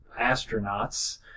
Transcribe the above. astronauts